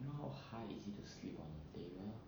you know how hard is it to sleep on table